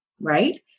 right